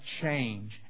change